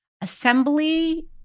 assembly